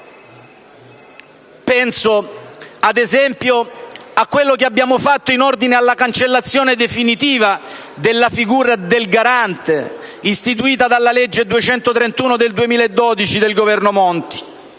Penso ad esempio a quello che abbiamo fatto in ordine alla cancellazione definitiva della figura del Garante, istituita dalla legge n. 231 del 2012 del Governo Monti,